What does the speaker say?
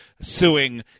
suing